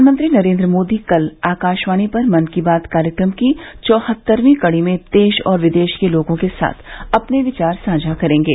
प्रधानमंत्री नरेंद्र मोदी कल आकाशवाणी पर मन की बात कार्यक्रम की चौहत्तरवीं कड़ी में देश और विदेश के लोगों के साथ अपने विचार साझा करेंगे